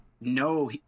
no